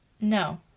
No